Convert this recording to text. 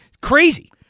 crazy